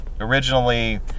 originally